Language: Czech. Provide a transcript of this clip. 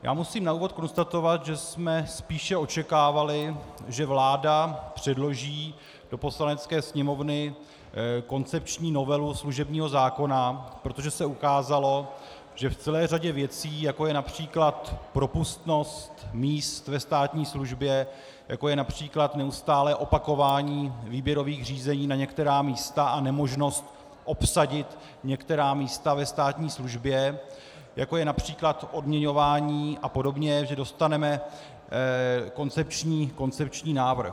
Já musím na úvod konstatovat, že jsme spíše očekávali, že vláda předloží do Poslanecké sněmovny koncepční novelu služebního zákona, protože se ukázalo, že v celé řadě věcí, jako je např. propustnost míst ve státní službě, jako je např. neustálé opakování výběrových řízení na některá místa a nemožnost obsadit některá místa ve státní službě, jako je např. odměňování apod., že dostaneme koncepční návrh.